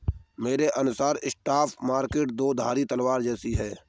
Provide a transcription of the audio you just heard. मेरे अनुसार stock market दो धारी तलवार जैसा है